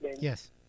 Yes